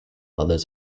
others